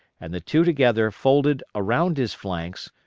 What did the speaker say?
and the two together folded around his flanks,